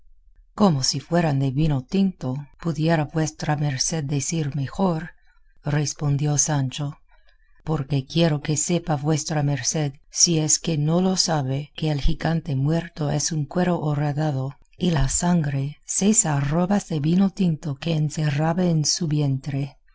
como si fueran de vino tinto pudiera vuestra merced decir mejor respondió sancho porque quiero que sepa vuestra merced si es que no lo sabe que el gigante muerto es un cuero horadado y la sangre seis arrobas de vino tinto que encerraba en su vientre